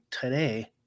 today